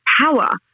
power